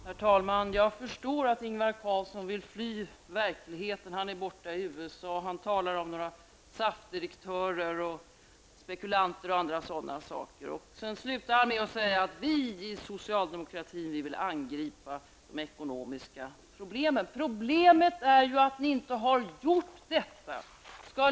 Herr talman! Jag förstår att Ingvar Carlsson vill fly verkligheten. Han är borta i USA, han talar om SAF-direktörer, spekulanter och annat sådant. Sedan slutar han med att säga att socialdemokratin vill angripa de ekonomiska problemen. Problemet är ju att ni inte har gjort detta.